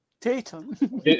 Tatum